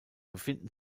befinden